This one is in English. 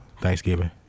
Thanksgiving